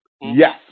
Yes